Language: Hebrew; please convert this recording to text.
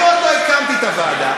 אני עוד לא הקמתי את הוועדה,